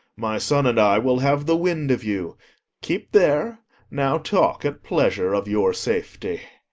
my son and i will have the wind of you keep there now talk at pleasure of your safety.